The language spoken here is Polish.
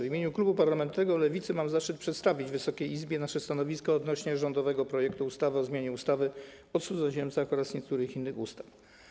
W imieniu klubu parlamentarnego Lewica mam zaszczyt przedstawić Wysokiej Izbie nasze stanowisko wobec rządowego projektu ustawy o zmianie ustawy o cudzoziemcach oraz niektórych innych ustaw.